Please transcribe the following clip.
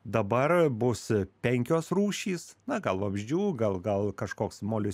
dabar bus penkios rūšys na gal vabzdžių gal gal kažkoks molis